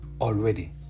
already